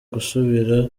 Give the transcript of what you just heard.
gusubira